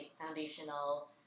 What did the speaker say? foundational